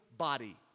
body